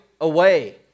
away